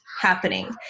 happening